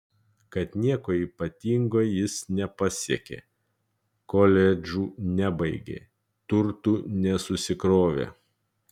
kad nieko ypatingo jis nepasiekė koledžų nebaigė turtų nesusikrovė